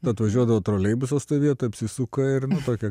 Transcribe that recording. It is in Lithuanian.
nu atvažiodavo troleibusas toj vietoj apsisuka ir tokia